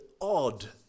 odd